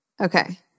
Okay